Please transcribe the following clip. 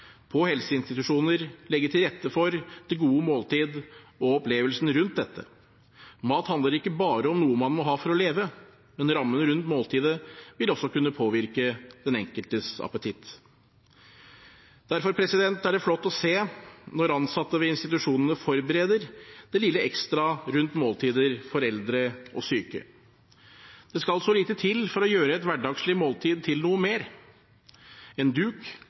på helseinstitusjoner legge til rette for det gode måltid og opplevelsen rundt dette. Mat handler ikke bare om noe man må ha for å leve, men rammen rundt måltidet vil også kunne påvirke den enkeltes appetitt. Derfor er det flott å se når ansatte ved institusjonene forbereder det lille ekstra rundt måltider for eldre og syke. Det skal så lite til for å gjøre et hverdagslig måltid til noe mer: en duk,